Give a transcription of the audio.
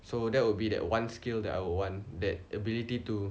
so that would be that one skill that I would want that ability to